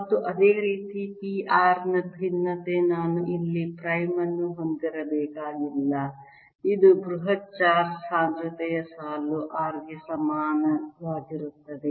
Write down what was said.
ಮತ್ತು ಅದೇ ರೀತಿ p r ನ ಭಿನ್ನತೆ ನಾನು ಇಲ್ಲಿ ಪ್ರೈಮ್ ಅನ್ನು ಹೊಂದಿರಬೇಕಾಗಿಲ್ಲ ಇದು ಬೃಹತ್ ಚಾರ್ಜ್ ಸಾಂದ್ರತೆಯ ಸಾಲು r ಗೆ ಸಮಾನವಾಗಿರುತ್ತದೆ